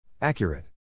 Accurate